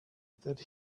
that